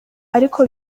ariko